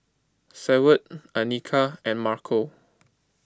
Seward Anika and Marco